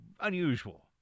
unusual